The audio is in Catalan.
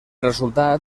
resultat